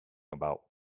about